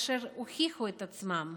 אשר הוכיחו את עצמן.